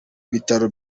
bitaro